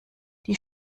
die